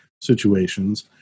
situations